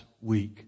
week